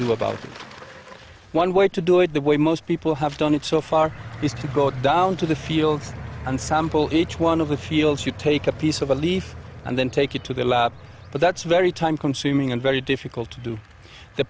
do about it one way to do the way most people have done it so far is to go down to the fields and sample each one of the fields you take a piece of a leaf and then take it to the lab but that's very time consuming and very difficult to do the